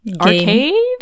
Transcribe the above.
Arcade